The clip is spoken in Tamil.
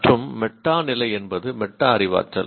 மற்றும் மெட்டா நிலை என்பது மெட்டா அறிவாற்றல்